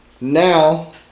Now